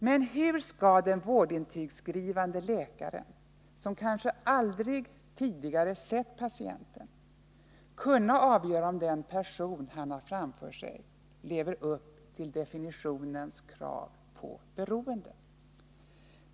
Men hur skall den vårdintygsskrivande läkaren, som kanske aldrig tidigare har sett patienten, kunna avgöra om den person som han har framför sig lever upp till definitionens krav på ”beroende”?